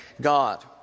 ...God